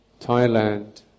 Thailand